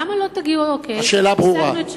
למה לא תגידו, אוקיי, השגנו את שלנו?